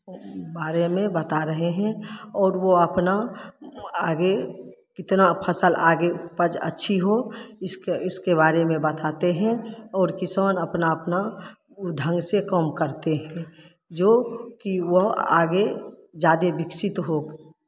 बारे में बता रहे हैं और वो अपना आगे कितना फसल आगे उपज अच्छी हो इसके बारे में बताते हैं और किसान अपना अपना ढंग से काम करते हैं जो कि वह आगे ज़्यादे विकसित हो